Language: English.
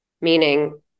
meaning